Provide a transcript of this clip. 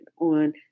on